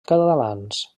catalans